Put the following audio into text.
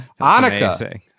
Annika